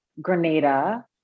Grenada